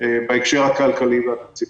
בהקשר הכלכלי והתקציבי.